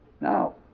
Now